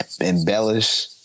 embellish